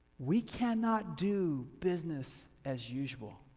we cannot do business as usual.